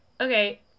Okay